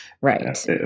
right